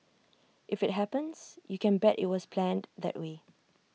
if IT happens you can bet IT was planned that way